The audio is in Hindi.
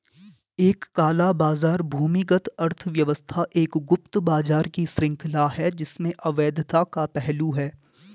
एक काला बाजार भूमिगत अर्थव्यवस्था एक गुप्त बाजार की श्रृंखला है जिसमें अवैधता का पहलू है